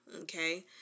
okay